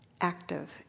active